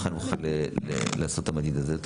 נוכל לעשות ככה את המדידה הזאת.